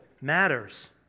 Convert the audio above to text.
matters